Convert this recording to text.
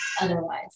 otherwise